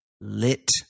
lit